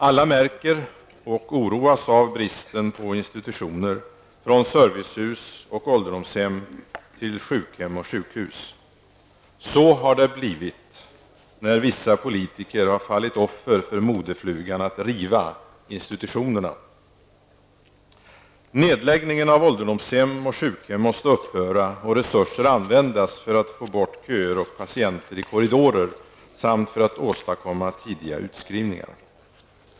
Alla märker och oroas av bristen på institutioner -- från servicehus och ålderdomshem till sjukhem och sjukhus. Så har det blivit när vissa politiker har fallit offer för modeflugan att ''riva institutionerna''. Nedläggningen av ålderdomshem och sjukhem måste upphöra och resurser användas för att få bort köer och patienter i korridorer samt för att åstadkomma tidiga utskrivningar.